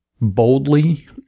boldly